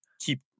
keep